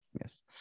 yes